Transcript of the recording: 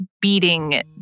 beating